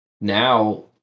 now